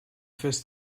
fes